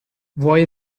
vuoi